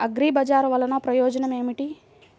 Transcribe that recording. అగ్రిబజార్ వల్లన ప్రయోజనం ఏమిటీ?